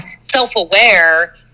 self-aware